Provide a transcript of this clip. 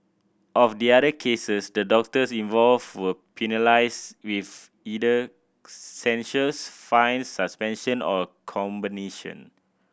of the other cases the doctors involved were penalised with either censures fines suspension or a combination